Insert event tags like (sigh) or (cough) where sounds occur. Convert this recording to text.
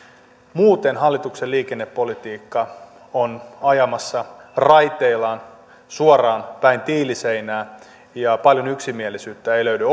muuten hallituksen liikennepolitiikka on ajamassa raiteillaan suoraan päin tiiliseinää ja paljon yksimielisyyttä ei löydy (unintelligible)